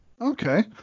okay